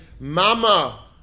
Mama